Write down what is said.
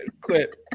quit